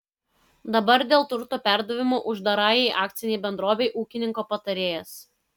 dabar dėl turto perdavimo uždarajai akcinei bendrovei ūkininko patarėjas